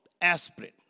aspirin